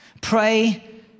Pray